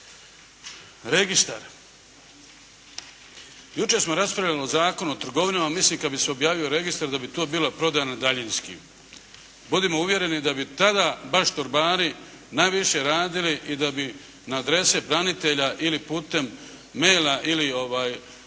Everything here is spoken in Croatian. Registar. Jučer smo raspravljali o Zakonu o trgovinama. Mislim kad bi se objavio registar da bi to bila prodaja na daljinski. Budimo uvjereni da bi tada baš torbari najviše radili i da bi na adrese branitelja ili putem maila ili poštom